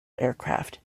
aircraft